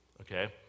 Okay